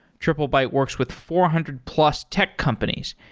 triplebyte works with four hundred plus tech companies,